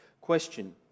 question